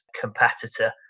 competitor